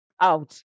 out